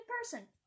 person